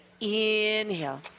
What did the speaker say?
inhale